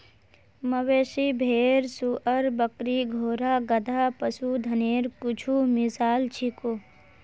मवेशी, भेड़, सूअर, बकरी, घोड़ा, गधा, पशुधनेर कुछु मिसाल छीको